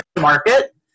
market